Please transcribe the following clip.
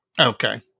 Okay